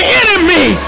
enemy